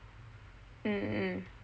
mm mm